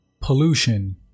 pollution